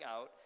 out